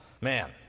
man